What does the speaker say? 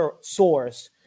source